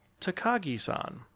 Takagi-san